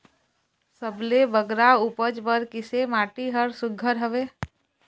सबले बगरा उपज बर किसे माटी हर सुघ्घर हवे?